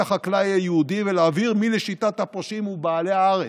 החקלאי היהודי ולהבהיר מי לשיטת הפושעים הוא בעלי הארץ.